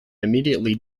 immediately